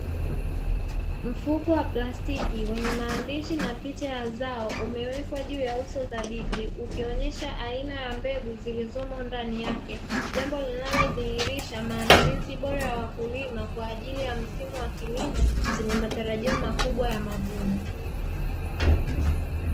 Mfuko wa plastiki wenye maandishi na picha ya zao umewekwa juu ya uso thabiti ukionyesha aina ya mbegu zilizomo ndani yake, jambo linalodhihirisha maandalizi bora ya wakulima kwaajili ya msimu wa kilimo chenye matarajio makubwa ya mavuno.